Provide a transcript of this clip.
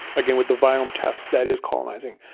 again, with the viome test that is colonizing.